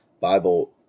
Bible